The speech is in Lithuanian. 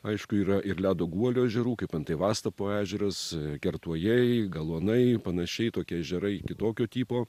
aišku yra ir ledo guolio ežerų kaip antai vastapo ežeras kertuojai galuonai panašiai tokie ežerai kitokio tipo